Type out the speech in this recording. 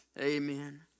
amen